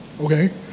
Okay